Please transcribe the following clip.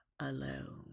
alone